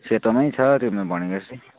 सेतोमै छ तिमीले भनेको जस्तै